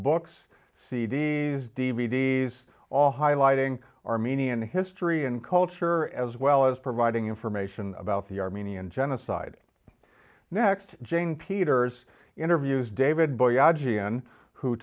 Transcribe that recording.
books c d s d v d s all highlighting armenian history and culture as well as providing information about the armenian genocide next jane peters interviews david